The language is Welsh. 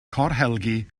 corhelgi